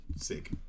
Sick